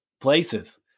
places